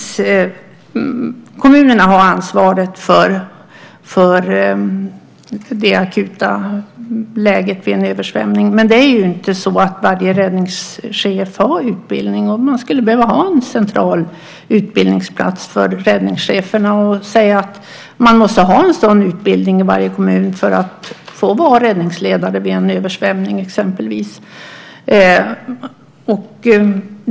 Kommunerna har ansvaret för det akuta läget vid en översvämning. Dock är det inte så att varje räddningschef har utbildning. Vi skulle behöva ha en central utbildningsplats för räddningscheferna och säga att man måste ha en sådan utbildning för att få vara räddningsledare i en kommun vid en översvämning.